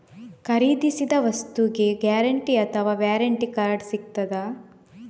ಖರೀದಿಸಿದ ವಸ್ತುಗೆ ಗ್ಯಾರಂಟಿ ಅಥವಾ ವ್ಯಾರಂಟಿ ಕಾರ್ಡ್ ಸಿಕ್ತಾದ?